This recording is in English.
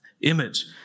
image